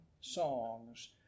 songs